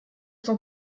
son